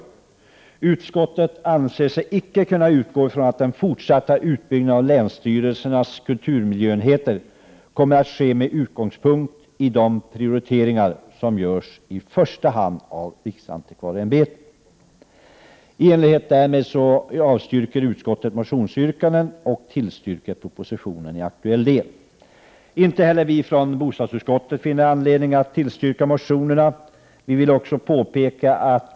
Man anför vidare: ”Utskottet anser sig kunna utgå från att den fortsatta utbyggnaden av länsstyrelsernas kulturmiljöenheter kommer att ske med utgångspunkt i de prioriteringar som görs i första hand av riksantikvarieämbetet. ——-— I enlighet med det anförda avstyrker utskottet motionsyrkandena och tillstyrker propositionen i aktuell del.” Inte heller vi från bostadsutskottet finner anledning att tillstyrka motionerna om ytterligare resurser till kulturmiljöenheterna.